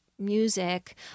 music